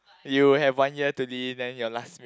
you have one year to live then your last